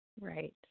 right